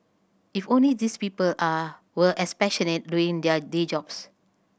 if only these people are were as passionate doing their day jobs